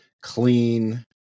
clean